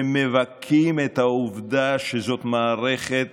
ומבכים את העובדה שזאת מערכת